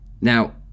now